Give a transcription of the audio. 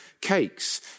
cakes